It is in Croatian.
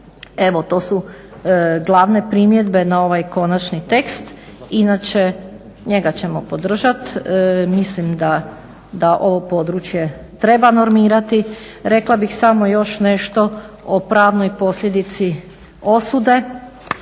Evo to su glavne primjedbe na ovaj konačni tekst. Inače njega ćemo podržati. Mislim da ovo područje treba normirati. Rekla bih samo još nešto o pravnoj posljedici osude.